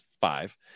five